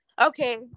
Okay